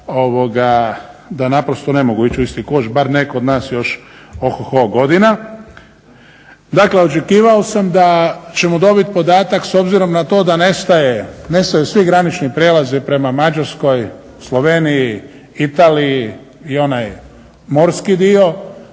da naprosto ne mogu ići u isti koš, bar ne kod nas još oho ho godina. Dakle, očekivao sam da ćemo dobit podatak s obzirom na to da nestaju svi granični prijelazi prema Mađarskoj, Sloveniji, Italiji i onaj morski dio,